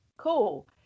cool